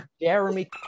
jeremy